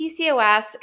PCOS